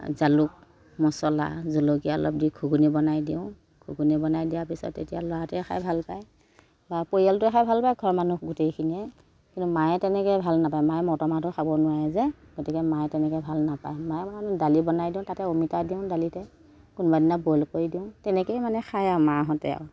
জালুক মছলা জলকীয়া অলপ দি ঘুগুনী বনাই দিওঁ ঘুগুনী বনাই দিয়া পিছত তেতিয়া ল'ৰাটোৱে খাই ভাল পায় বা পৰিয়ালটোৱে খাই ভাল পায় ঘৰৰ মানুহ গোটেইখিনিয়ে কিন্তু মায়ে তেনেকৈ ভাল নেপায় মায়ে মটৰ মাহটো খাব নোৱাৰে যে গতিকে মায়ে তেনেকৈ ভাল নেপায় মাৰ কাৰণে দালি বনাই দিওঁ তাতে অমিতা দিওঁ দালিতে কোনোবাদিনা বইল কৰি দিওঁ তেনেকৈয়ে মানে খায় আৰু মাহঁতে আৰু